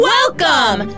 Welcome